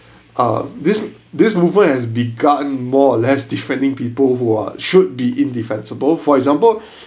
uh this this movement has begun more or less defending people who are should be indefensible for example